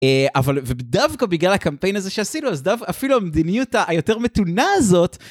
אבל ודווקא בגלל הקמפיין הזה שעשינו, אז דווקא אפילו המדיניות היותר מתונה הזאת...